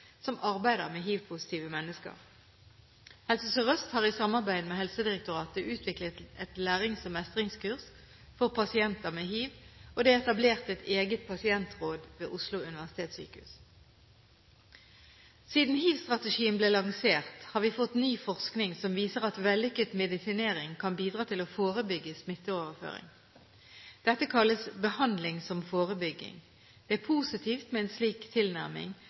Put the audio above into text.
som arbeider med hivpositive mennesker. Helse Sør-Øst har i samarbeid med Helsedirektoratet utviklet et lærings- og mestringskurs for pasienter med hiv, og det er etablert et eget pasientråd ved Oslo universitetssykehus. Siden hivstrategien ble lansert, har vi fått ny forskning som viser at vellykket medisinering kan bidra til å forebygge smitteoverføring. Dette kalles «behandling som forebygging». Det er positivt med en slik tilnærming,